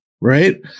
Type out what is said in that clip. right